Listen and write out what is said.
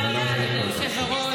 תודה רבה, אדוני היושב-ראש.